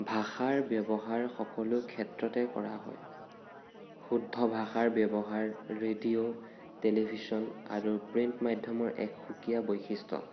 ভাষাৰ ব্য়ৱহাৰ সকলো ক্ষেত্ৰতে কৰা হয় শুদ্ধ ভাষাৰ ব্য়ৱহাৰ ৰেডিঅ' টেলিভিশ্বন আৰু প্ৰিণ্ট মাধ্য়মৰ এক সুকীয়া বৈশিষ্ট্য়